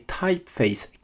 typeface